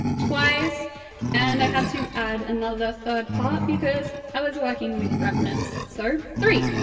twice and i had to add another third part because i was working with reminants. so. three!